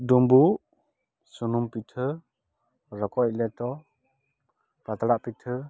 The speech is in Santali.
ᱰᱩᱢᱵᱩᱜ ᱥᱩᱱᱩᱢ ᱯᱤᱴᱷᱟᱹ ᱨᱚᱠᱚᱡ ᱞᱮᱴᱚ ᱯᱟᱛᱲᱟ ᱯᱤᱴᱷᱟᱹ